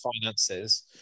finances